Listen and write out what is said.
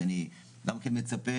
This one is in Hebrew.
שאני גם כן מצפה.